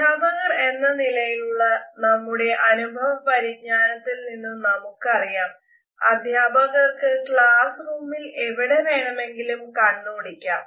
അധ്യാപകർ എന്ന നിലയിലുള്ള നമ്മുടെ അനുഭവ പരിജ്ഞാനത്തിൽ നിന്നും നമുക്കറിയാം അധ്യാപകർക്കു ക്ലാസ്സ് റൂമിൽ എവിടെ വേണമെങ്കിലും കണ്ണോടിക്കാം